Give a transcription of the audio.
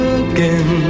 again